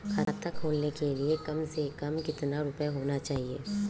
खाता खोलने के लिए कम से कम कितना रूपए होने चाहिए?